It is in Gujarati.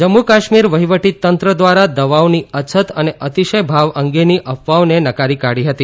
જમ્મુ કાશ્મીર વહીવટી તંત્ર દ્વારા દવાઓની અછત અને અતિશય ભાવ અંગેની અફવાઓને નકારી કાઢી હતી